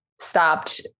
stopped